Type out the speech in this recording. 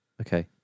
Okay